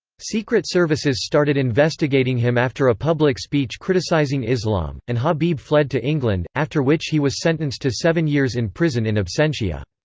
secret services started investigating him after a public speech criticising islam, and habib fled to england, after which he was sentenced to seven years in prison in absentia.